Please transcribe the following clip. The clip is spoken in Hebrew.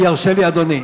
ירשה לי אדוני,